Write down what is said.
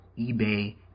eBay